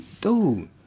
dude